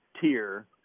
tier